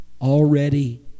already